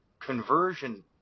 conversion